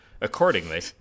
accordingly